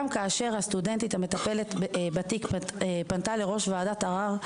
גם כאשר הסטודנטית המטפלת בתיק פנתה לראש ועדת ערר,